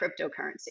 cryptocurrency